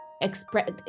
express